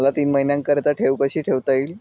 मला तीन महिन्याकरिता ठेव कशी ठेवता येईल?